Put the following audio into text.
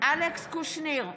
אלכס קושניר,